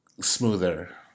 smoother